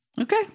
Okay